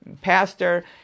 pastor